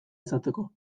izateko